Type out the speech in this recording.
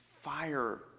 fire